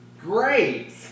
Great